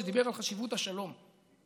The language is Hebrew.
כשדיבר על חשיבות השלום,